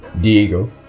Diego